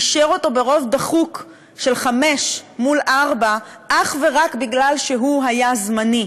אישר אותו ברוב דחוק של חמישה מול ארבעה אך ורק בגלל שהוא היה זמני,